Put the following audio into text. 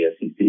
SEC